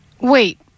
Wait